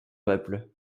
peuple